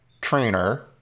trainer